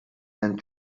and